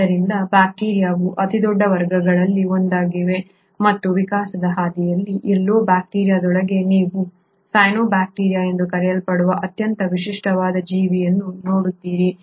ಆದ್ದರಿಂದ ಬ್ಯಾಕ್ಟೀರಿಯಾವು ಅತಿದೊಡ್ಡ ವರ್ಗಗಳಲ್ಲಿ ಒಂದಾಗಿದೆ ಮತ್ತು ವಿಕಾಸದ ಹಾದಿಯಲ್ಲಿ ಎಲ್ಲೋ ಬ್ಯಾಕ್ಟೀರಿಯಾದೊಳಗೆ ನೀವು ಸೈನೋಬ್ಯಾಕ್ಟೀರಿಯಾ ಎಂದು ಕರೆಯಲ್ಪಡುವ ಅತ್ಯಂತ ವಿಶಿಷ್ಟವಾದ ಜೀವಿಯನ್ನು ನೋಡುತ್ತೀರಿ